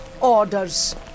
orders